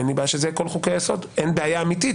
אין לי בעיה שאלו יהיו כל חוקי היסוד אין בעיה אמיתית